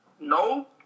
no